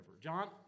John